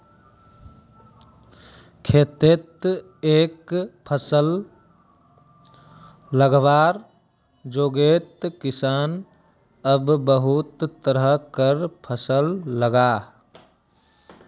खेतित एके फसल लगवार जोगोत किसान अब बहुत तरह कार फसल लगाहा